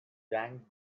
jang